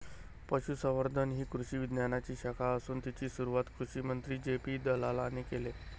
पशुसंवर्धन ही कृषी विज्ञानाची शाखा असून तिची सुरुवात कृषिमंत्री जे.पी दलालाने केले